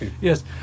Yes